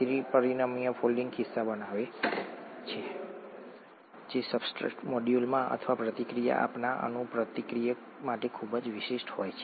ત્રિ પરિમાણીય ફોલ્ડિંગ ખિસ્સા બનાવે છે જે સબસ્ટ્રેટ મોલેક્યુલ અથવા પ્રતિક્રિયા આપતા અણુ પ્રક્રિયક માટે ખૂબ જ વિશિષ્ટ હોય છે